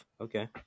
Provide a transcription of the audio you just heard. okay